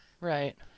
right